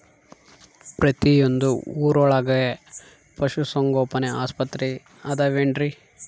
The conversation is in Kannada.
ಪ್ರತಿಯೊಂದು ಊರೊಳಗೆ ಪಶುಸಂಗೋಪನೆ ಆಸ್ಪತ್ರೆ ಅದವೇನ್ರಿ?